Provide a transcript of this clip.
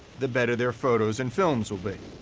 the better their photos and films will be.